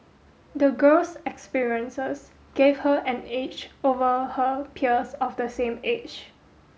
the girl's experiences gave her an edge over her peers of the same age